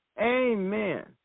Amen